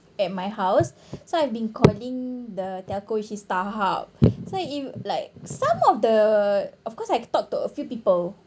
at my house so I've been calling the telco which is Starhub so if like some of the of course I talk to a few people